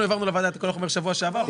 אנחנו העברנו לוועדה את כל החומר בשבוע שעבר.